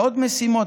ועוד משימות.